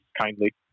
kindly